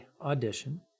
audition